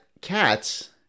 cats